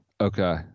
Okay